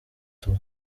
two